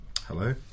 Hello